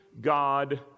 God